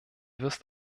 wisst